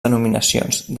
denominacions